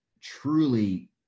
truly